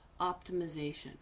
optimization